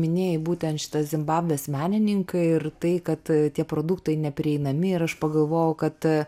minėjai būtent šita zimbabvės menininkai ir tai kad tie produktai neprieinami ir aš pagalvojau kad